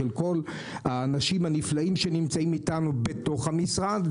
של כל האנשים הנפלאים שנמצאים איתנו בתוך המשרד,